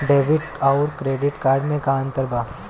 Debit आउर credit card मे का अंतर बा?